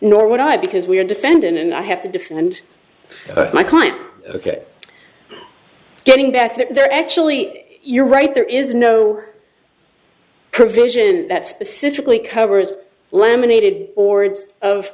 nor would i because we are defendant and i have to defend my client ok getting back there actually you're right there is no provision that specifically covers laminated ords of